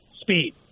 speed